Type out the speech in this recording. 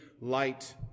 light